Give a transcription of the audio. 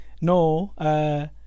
no